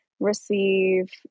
receive